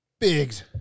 Biggs